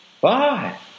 Bye